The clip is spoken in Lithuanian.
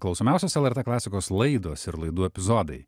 klausomiausios lrt klasikos laidos ir laidų epizodai